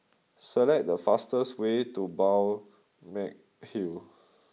select the fastest way to Balmeg Hill